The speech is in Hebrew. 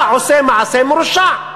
אתה עושה מעשה מרושע,